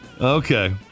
Okay